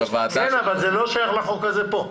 אבל זה לא שייך לחוק הזה פה.